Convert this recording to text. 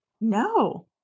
no